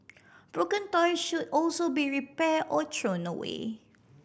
broken toy should also be repair or thrown away